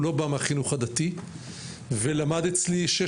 הוא לא בא מהחינוך הדתי ולמד אצלי שש